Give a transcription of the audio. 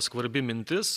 skvarbi mintis